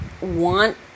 want